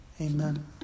Amen